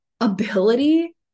ability